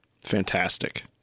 Fantastic